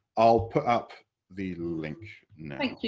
ah put up the link now.